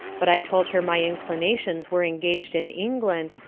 but i told her my inclinations were engaged in england,